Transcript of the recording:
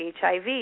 HIV